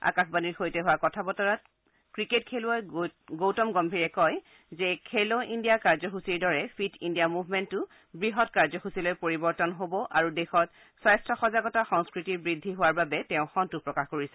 আকাশবাণীৰ সৈতে হোৱা কথা বতৰাত ক্ৰিকেট খেলুৱৈ গৌতম গম্ভীৰে কয় যে খেলো ইণ্ডিয়া কাৰ্যসূচীৰ দৰে ফিট ইণ্ডিয়া মুভমেণ্টো বৃহৎ কাৰ্যসূচীলৈ পৰিবতন হ'ব আৰু দেশত স্বাস্থ্য সজাগতা সংস্কৃতি বৃদ্ধি হোৱাৰ বাবে তেওঁ সন্তোষ প্ৰকাশ কৰিছে